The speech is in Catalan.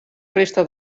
resta